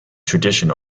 tradition